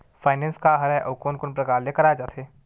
Finance का हरय आऊ कोन कोन प्रकार ले कराये जाथे?